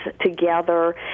together